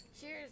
cheers